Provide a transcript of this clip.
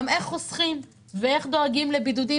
גם איך חוסכים ואיך דואגים לבידודים